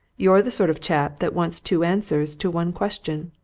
you're the sort of chap that wants two answers to one question!